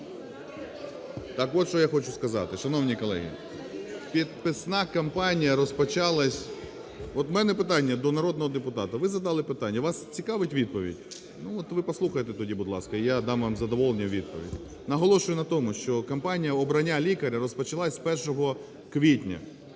Так от що я хочу сказати, шановні колеги. Підписна кампанія розпочалась… (Шум у залі) От у мене питання до народного депутата: ви задали питання – вас цікавить відповідь? Ну, от ви послухайте тоді, будь ласка, і я дам вам із задоволенням відповідь. Наголошую на тому, що компанія обрання лікаря розпочалася з 1 квітня,